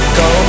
go